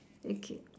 okay k